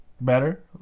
Better